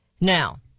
Now